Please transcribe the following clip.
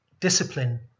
discipline